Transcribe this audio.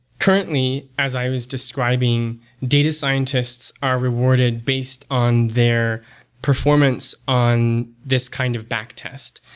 currently, as i was describing data scientists are rewarded based on their performance on this kind of back test,